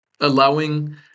allowing